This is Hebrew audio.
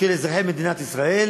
של אזרחי מדינת ישראל,